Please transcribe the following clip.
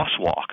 crosswalk